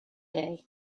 day